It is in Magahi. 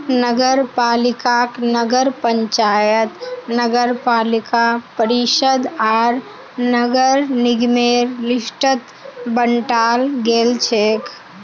नगरपालिकाक नगर पंचायत नगरपालिका परिषद आर नगर निगमेर लिस्टत बंटाल गेलछेक